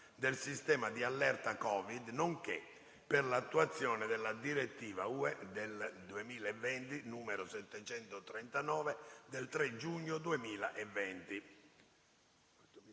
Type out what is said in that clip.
del sistema di allerta COVID, nonché per l’attuazione della direttiva (UE) 2020/739 del 3 giugno 2020»